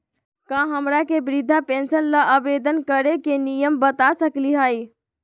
का हमरा के वृद्धा पेंसन ल आवेदन करे के नियम बता सकली हई?